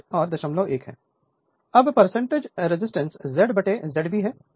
Refer Slide Time 1137 अब edge resistance RZB है